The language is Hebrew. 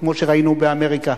כמו שראינו באמריקה.